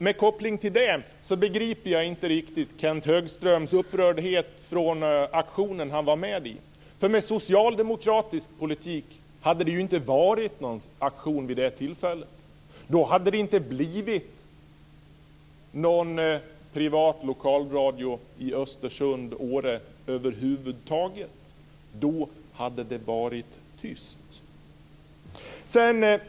Med koppling till det begriper jag inte riktigt Kenth Högströms upprördhet över auktionen han var med på. Med socialdemokratisk politik hade det inte blivit någon auktion vid det tillfället. Då hade det inte blivit någon privat lokalradio i Östersund och Åre över huvud taget. Då hade det varit tyst.